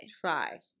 Try